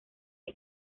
que